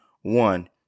one